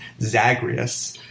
Zagreus